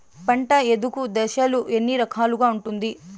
పంట ఎదుగు దశలు ఎన్ని రకాలుగా ఉంటుంది?